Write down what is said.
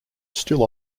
still